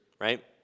right